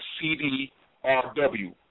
CD-RW